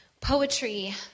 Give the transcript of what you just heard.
Poetry